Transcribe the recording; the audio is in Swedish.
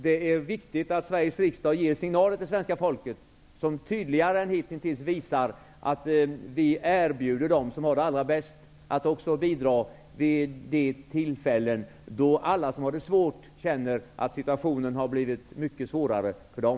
Det är viktigt att Sveriges riksdag ger signaler till svenska folket, vilka tydligare än som hitintills varit fallet visar att vi erbjuder också dem som har det allra bäst att bidra vid de tillfällen då alla som har det svårt upplever att situationen har blivit mycket svårare för dem.